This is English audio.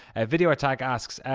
video attack asks,